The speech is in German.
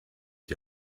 die